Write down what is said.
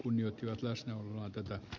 kun nykyään työstä on tätä